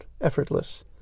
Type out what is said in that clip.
effortless